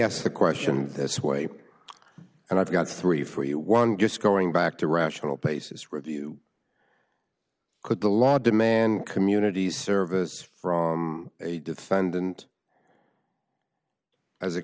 ask the question this way and i've got three for you one just going back to rational basis review could the law demand community service from a defendant as a